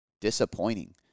disappointing